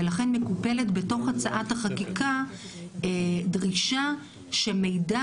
ולכן מקופלת בתוך הצעת החקיקה דרישה שמידע